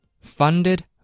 Funded